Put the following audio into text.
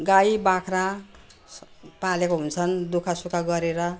गाई बाख्रा पालेको हुन्छन् दुखसुख गरेर